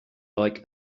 like